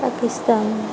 Pakistan